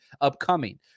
upcoming